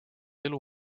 elu